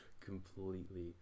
completely